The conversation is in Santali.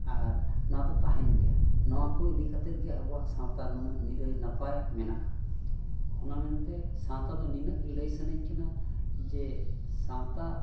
ᱟᱨ ᱱᱚᱣᱟ ᱫᱚ ᱛᱟᱦᱮᱱ ᱜᱮᱭᱟ ᱱᱚᱣᱟ ᱠᱚ ᱤᱫᱤ ᱠᱟᱛᱮᱫ ᱜᱮ ᱟᱵᱚᱣᱟᱜ ᱥᱟᱶᱛᱟ ᱱᱩᱱᱟᱹᱜ ᱱᱤᱨᱟᱹᱭ ᱱᱟᱯᱟᱭ ᱢᱮᱱᱟᱜᱼᱟ ᱚᱱᱟ ᱢᱮᱱᱛᱮ ᱥᱟᱶᱛᱟ ᱫᱚ ᱱᱤᱱᱟᱹᱜ ᱜᱮ ᱞᱟᱹᱭ ᱥᱟᱱᱟᱧ ᱠᱟᱱᱟ ᱡᱮ ᱥᱟᱶᱛᱟ